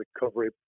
recovery